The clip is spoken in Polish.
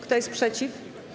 Kto jest przeciw?